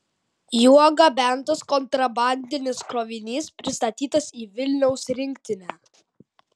juo gabentas kontrabandinis krovinys pristatytas į vilniaus rinktinę